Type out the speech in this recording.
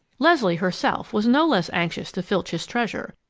leslie herself was no less anxious to filch his treasure,